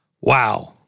wow